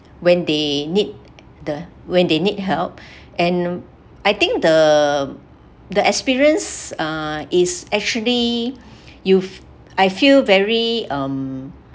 when they need the when they need help and I think the the experience uh is actually you I feel very um